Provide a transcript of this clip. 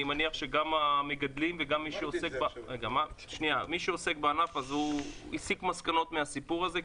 אני מניח שגם המגדלים ומי שעוסק בענף הסיק מסקנות מהסיפור הזה,